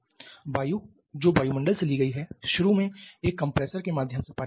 वायु जो वायुमंडल से ली गई है शुरू में एक कंप्रेसर के माध्यम से पारित की जाती है